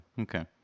Okay